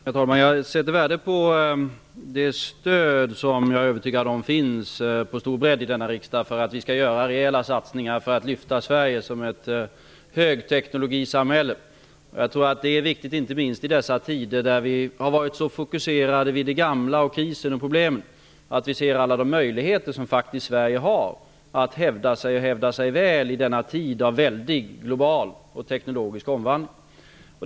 Herr talman! Jag sätter värde på det stöd som jag är övertygad om finns på stor bredd i denna riksdag för att vi skall göra rejäla satsningar för att lyfta fram Sverige som ett högteknologisamhälle. Jag tror det är viktigt inte minst i dessa tider där vi har varit så fokuserade vid det gamla, krisen och problemen, att vi också ser alla de möjligheter som Sverige har att hävda sig väl i denna tid av väldig global och teknologisk omvandling.